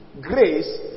Grace